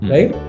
Right